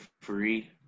free